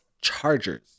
Chargers